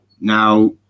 now